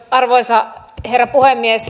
arvoisa herra puhemies